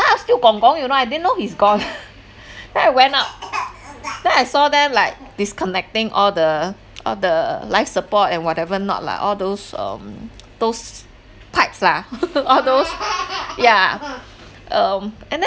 I was still gong gong you know I didn't know he's gone then I went up then I saw them like disconnecting all the all the life support and whatever not like all those um those pipes lah all those yeah um and then